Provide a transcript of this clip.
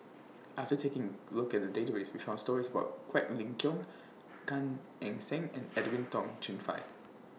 after taking Look At The Database We found stories about Quek Ling Kiong Gan Eng Seng and Edwin Tong Chun Fai